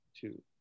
two